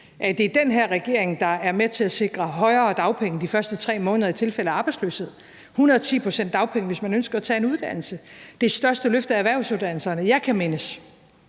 Det er den her regering, der er med til at sikre højere dagpenge de første 3 måneder i tilfælde af arbejdsløshed; 110 pct. dagpenge, hvis man ønsker at tage en uddannelse; det største løft af erhvervsuddannelserne, jeg kan mindes